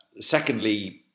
secondly